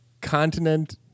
continent